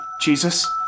Jesus